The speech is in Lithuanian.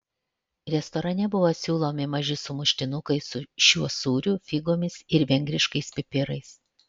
restorane buvo siūlomi maži sumuštinukai su šiuo sūriu figomis ir vengriškais pipirais